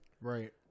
Right